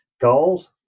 goals